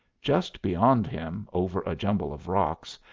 just beyond him, over a jumble of rocks,